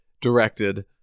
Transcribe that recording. directed